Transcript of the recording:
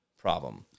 problem